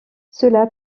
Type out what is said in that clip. cela